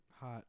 Hot